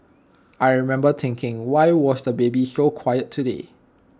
I remember thinking why was the baby so quiet today